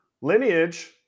lineage